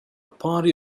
party